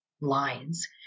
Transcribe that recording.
lines